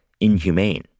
inhumane